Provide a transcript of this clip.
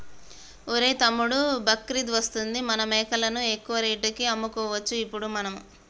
ఒరేయ్ తమ్ముడు బక్రీద్ వస్తుంది మన మేకలను ఎక్కువ రేటుకి అమ్ముకోవచ్చు ఇప్పుడు మనము